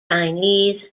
chinese